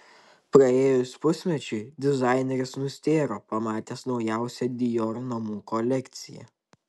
praėjus pusmečiui dizaineris nustėro pamatęs naujausią dior namų kolekciją